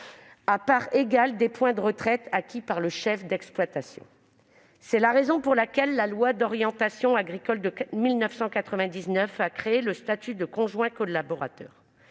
à parts égales des points de retraite acquis par le chef d'exploitation. C'est la raison pour laquelle la loi d'orientation agricole de 1999 a créé le statut de conjoint collaborateur.